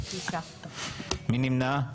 מי נמנע?